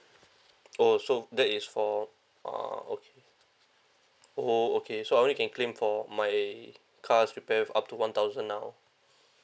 orh so that is for uh okay orh okay so I only can claim for my car's repair up to one thousand now